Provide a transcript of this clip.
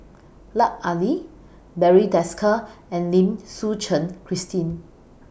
Lut Ali Barry Desker and Lim Suchen Christine